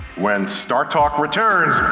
when startalk returns.